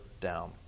down